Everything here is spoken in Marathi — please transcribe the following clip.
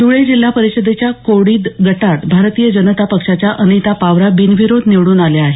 धूळे जिल्हा परिषदेच्या कोडीद गटात भारतीय जनता पक्षाच्या अनिता पावरा बिनविरोध निवडून आल्या आहेत